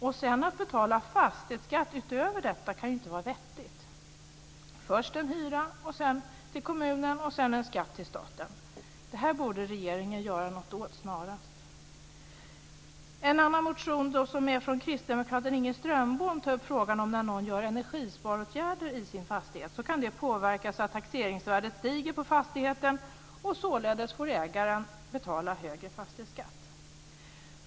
Att sedan betala fastighetsskatt utöver detta kan ju inte vara vettigt. Först en hyra till kommunen och sedan en skatt till staten. Det här borde regeringen göra något åt snarast. En annan motion, som är väckt av kristdemokraten Inger Strömbom, tar upp frågan att när någon vidtar energisparåtgärder i sin fastighet kan det påverka så att taxeringsvärdet stiger på fastigheten, och således får ägaren betala högre fastighetsskatt.